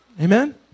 Amen